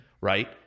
right